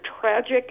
tragic